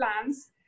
plans